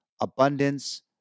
abundance